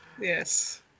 Yes